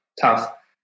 tough